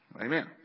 Amen